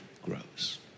grows